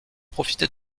profiter